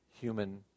human